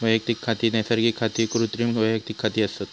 वैयक्तिक खाती नैसर्गिक आणि कृत्रिम वैयक्तिक खाती असत